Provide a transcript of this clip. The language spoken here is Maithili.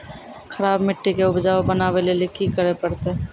खराब मिट्टी के उपजाऊ बनावे लेली की करे परतै?